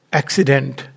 accident